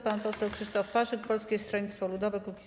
Pan poseł Krzysztof Paszyk, Polskie Stronnictwo Ludowe - Kukiz15.